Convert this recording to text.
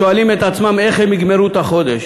"שואלים את עצמם איך הם יגמרו את החודש",